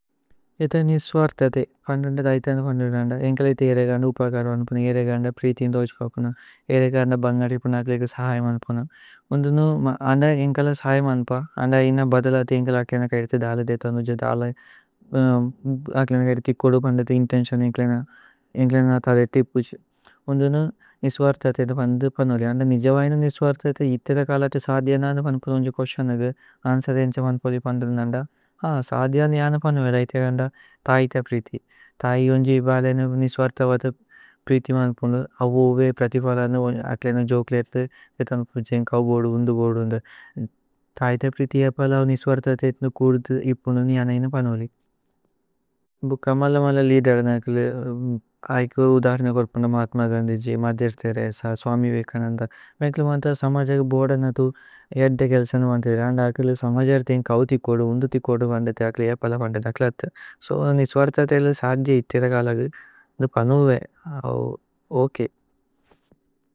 ഏത നിസ്വര്ഥതി പന്ദുന്ദ ദൈഥന്ദ പന്ദുന്ദന്ദ। ഏന്കല ഇതി ഏരേ ഗന്ദ ഉപകര വന്പുന ഏരേ ഗന്ദ। പ്രിതി ഇന് ദോജ്പപുന ഏരേ ഗന്ദ ബന്ഗധി പുന। അകലേഗ സഹയ മന്പുന ഉന്ദുനു അന്ദ ഏന്കല സഹയ। മന്പ അന്ദ ഇന്ന ബദലതി ഏന്കല അകലേന കഏരിഥി। ദലദേത ജദ അകലേന കഏരിഥി കോദു പന്ദുന്ദ। ഇന്തേന്സ്യോന ഏന്കലേന ഏന്കലേന താദേതി ഇപുഛി। ഉന്ദുനു നിസ്വര്ഥതി പന്ദുന്ദ പനുലി അന്ദ നിജവൈന। നിസ്വര്ഥതി ഇത്ത ദ കലതു സധ്യ ന പനുന്ദ। ഉന്ജു കോശനഗു അന്സ ദേന്ഛ മന്പലി പന്ദുന്ദന്ദ। സധ്യ നിജന പനു ഏത ഇതി ഏഗന്ദ തൈഥ പ്രിതി। തൈഥ ഉന്ജു ഇപലേന നിസ്വര്ഥതി। പ്രിതി മന്പുന്ദു അവു ഉവേ പ്രതിപല അകലേന। ജോകേലേത ഏത നിസ്വര്ഥതി കൌ ബോദു ഉന്ദു ബോദു। തൈഥ പ്രിതി ഏപല നിസ്വര്ഥതി ഇത്ന കുദു। ഇപുന്ദു നിജന ഇന്ന പനുലി കമല മല। ലിദേരനകല ഐക്വ ഉദരന। കോര്പുന്ദ। മഹത്മ ഗന്ധിജി മധ്യര്ഥ യദ। അസ സ്വമി വിവേകനന്ദ മേകലമത സമജക। ബോദനതു യദ്ദ ഗേല്സന വന്തിഥി രന്ദ അകലു। സമജര്ഥ ഏന്ക। കൌ ഥികോദു। ഉന്ദു ഥികോദു। വന്തിഥി ഏപല വന്തിഥ അകലഥു സോ നിസ്വര്ത്। ഹതി ഹേലു സധ്യ ഇതിഥ കലഗു പനുവേ ഓക്।